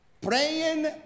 praying